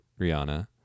rihanna